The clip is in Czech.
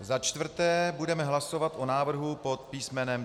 Za čtvrté budeme hlasovat o návrhu pod písmenem D.